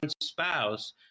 spouse